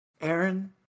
Aaron